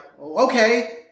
okay